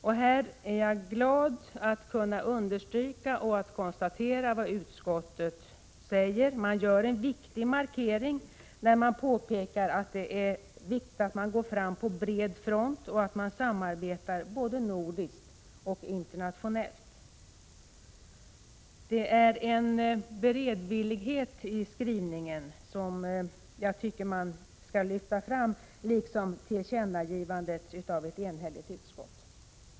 Härvidlag är jag glad att kunna konstatera och understryka att utskottet gör en viktig markering genom att påpeka att vi måste gå fram på bred front och samarbeta både nordiskt och internationellt. Det finns en beredvillighet i skrivningen som jag tycker att man skall lyfta fram, liksom förslaget om tillkännagivande från ett enhälligt utskott.